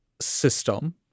system